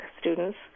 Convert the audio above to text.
students